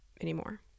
anymore